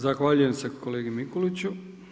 Zahvaljujem se kolegi Mikuliću.